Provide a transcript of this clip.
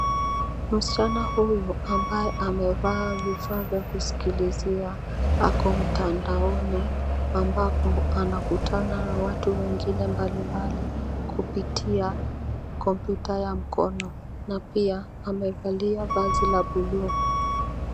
Msichana huyu ambaye amevaa vifaa vya kusikilizia ako mtandaoni ambapo anakutana na watu wengine mbalimbali kupitia kompyuta ya mkono na pia amevalia vazi la bluu.